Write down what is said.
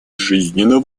жизненно